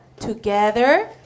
together